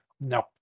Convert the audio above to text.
No